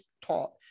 taught